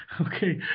okay